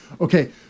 Okay